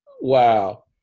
Wow